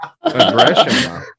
aggression